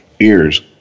ears